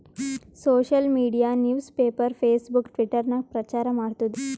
social media news paper, Facebook, Twitter ನಾಗ್ ಪ್ರಚಾರ್ ಮಾಡ್ತುದ್